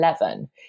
eleven